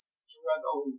struggle